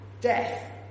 Death